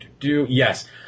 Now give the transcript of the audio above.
Yes